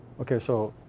okay, so.